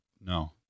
No